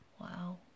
wow